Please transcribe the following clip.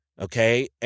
Okay